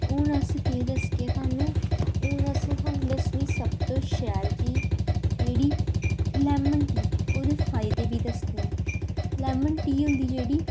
हून अस केह् दस्सगे थुहानूं हून असें थुहानू दस्सनी सब तों शैल चीज जेह्ड़ी लैमन टी ओह्दे फायदे बी दस्सनी आं लैमन टी होंदी जेह्ड़ी